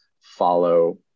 follow